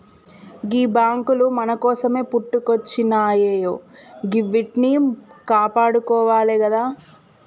గీ బాంకులు మన కోసమే పుట్టుకొచ్జినయాయె గివ్విట్నీ కాపాడుకోవాలె గదా